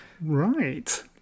Right